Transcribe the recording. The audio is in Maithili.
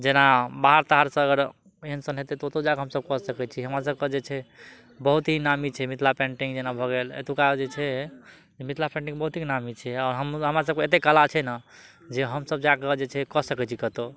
जेना बाहर ताहरसँ अगर पेंशन हेतै तऽ ओतौ जाकऽ हमसब कऽ सकैत छी हमरा सबके जे छै बहुत ही नामी छै मिथिला पेन्टिंग जेना भऽ गेल एतुका जे छै मिथिला पेन्टिंग बहुत ही नामी छै आओर हमरा सबके एते कला छै ने जे हमसब जाकऽ जे छै है कऽ सकैत छी कतौ